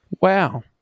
Wow